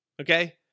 Okay